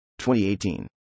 2018